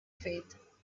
faith